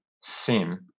SIM